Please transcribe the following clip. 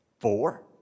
Four